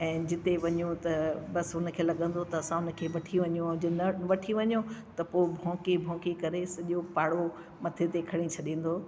ऐं जिते वञूं त बसि हुन खे लॻंदो त असां हुन खे वठी वञूं ऐं जे न वठी वञो त पो भोंके भोंके करे सॼो पाड़ो मथे ते खणे छॾींदो हुओ